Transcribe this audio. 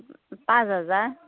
পাঁচ হাজাৰ